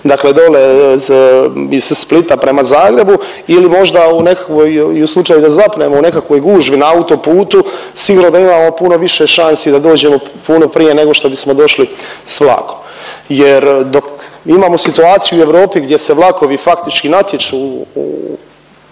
dakle dole iz Splita prema Zagrebu ili možda u nekakvoj i u slučaju da zapnemo u nekakvoj gužvi na autoputu sigurno da imamo puno više šansi da dođemo puno prije nego što bismo došli s vlakom. Jer dok imamo situaciju u Europi gdje se vlakovi faktički natječu